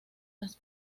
las